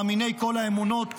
מאמיני כל האמונות,